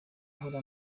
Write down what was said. ukora